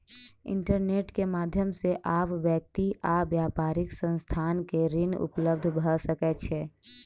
internet के माध्यम से आब व्यक्ति आ व्यापारिक संस्थान के ऋण उपलब्ध भ सकै छै